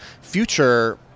future